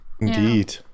Indeed